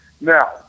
Now